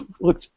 Look